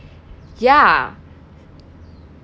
ya